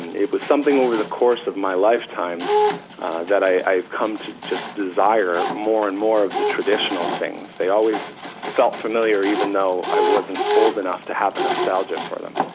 and it was something over the course of my lifetime that i've come to just desire more and more of the traditional things. they always felt familiar even though i wasn't old enough to have a nostalgia for them.